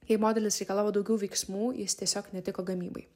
jei modelis reikalavo daugiau veiksmų jis tiesiog netiko gamybai